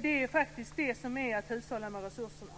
Det är faktiskt att hushålla med resurserna.